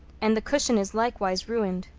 and the cushion is likewise ruined.